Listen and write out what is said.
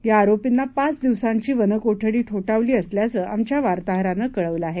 या आरोपींना पाच दिवसांची वनकोठडी ठोठावली असल्याचं आमच्या वार्ताहरानं कळवलं आहे